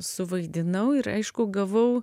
suvaidinau ir aišku gavau